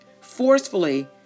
forcefully